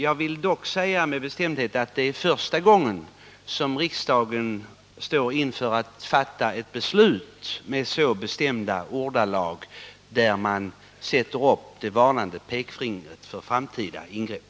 Jag vill dock med bestämdhet säga att det är första gången som riksdagen står inför att fatta ett beslut, innebärande att man i så bestämda ordalag sätter upp ett varnande pekfinger mot framtida ingrepp.